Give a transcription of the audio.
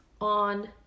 on